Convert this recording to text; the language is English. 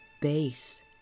base